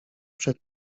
przed